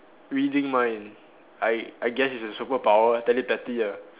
reading mind I I guess it's a superpower telepathy ah